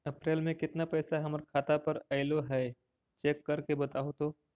अप्रैल में केतना पैसा हमर खाता पर अएलो है चेक कर के बताहू तो?